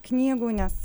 knygų nes